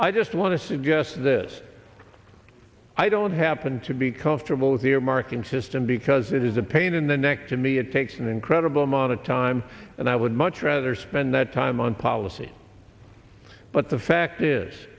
i just want to suggest this i don't happen to be comfortable with the earmarking system because it is a pain in the neck to me it takes an incredible amount of time and i would much rather spend that time on policy but the fact is